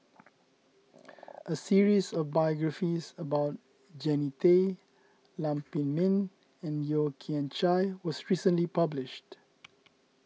a series of biographies about Jannie Tay Lam Pin Min and Yeo Kian Chye was recently published